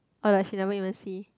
but like she never even see